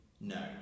No